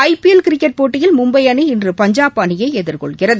IPL cricket போட்டியில் மும்பை அணி இன்று பஞ்சாப் அணியை எதிர்கொள்கிறது